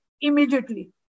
immediately